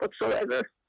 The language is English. whatsoever